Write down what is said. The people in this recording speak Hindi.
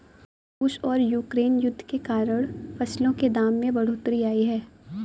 रूस और यूक्रेन युद्ध के कारण फसलों के दाम में बढ़ोतरी आई है